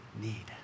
need